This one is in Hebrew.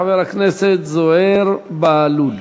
חבר הכנסת זוהיר בהלול.